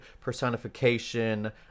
personification